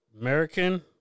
American